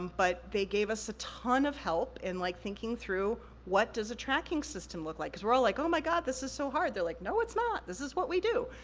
but they gave us a ton of help in like thinking through, what does a tracking system look like? cause we're all like, oh my god, this is so hard, they're like, no it's not, this is what we do.